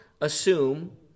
assume